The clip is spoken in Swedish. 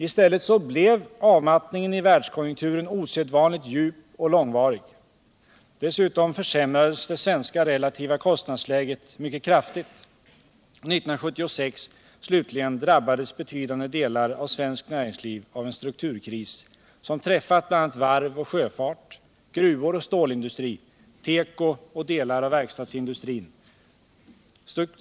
I stället blev avmattningen i världskonjunkturen osedvanligt djup och långvarig. Dessutom försämrades det svenska relativa kostnadsläget mycket kraftigt, och 1976 slutligen drabbades betydande delar av svenskt näringsliv av en strukturkris som träffat bl.a. varv och sjöfart, gruvor och stålindustri, teko och delar av verkstadsindustrin.